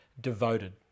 devoted